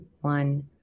one